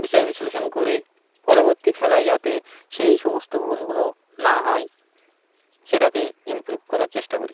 বিচার বিশ্লেষণ করে পরবর্তী খেলায় যাতে সেই সমস্ত ভুলগুলো না হয় সেটাকে ইমপ্রুভ করার চেষ্টা করি